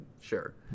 Sure